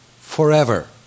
forever